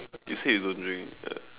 you said you don't drink ya